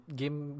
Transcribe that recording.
game